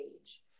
age